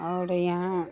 आओर इहाँ